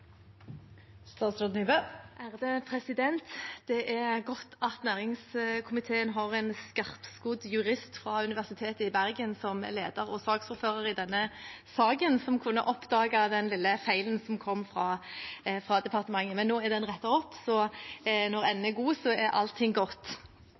Det er godt at næringskomiteen har en skarpskodd jurist fra Universitetet i Bergen som leder og saksordfører i denne saken, og som kunne oppdage den lille feilen som kom fra departementet. Nå er den rettet opp, så når